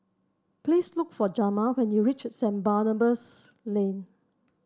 please look for Jamar when you reach Saint Barnabas Lane